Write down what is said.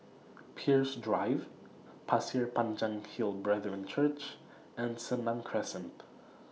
Peirce Drive Pasir Panjang Hill Brethren Church and Senang Crescent